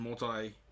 multi